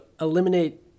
eliminate